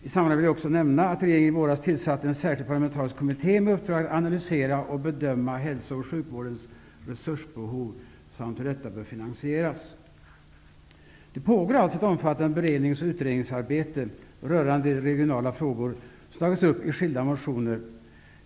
I sammanhanget vill jag också nämna att regeringen i våras tillsatte en särskild parlamentarisk kommitté med uppdrag att analysera och bedöma hälso och sjukvårdens resursbehov samt finansieringen av hälso och sjukvården. Det pågår alltså ett omfattande berednings och utredningsarbete rörande de regionala frågor som har tagits upp i skilda motioner.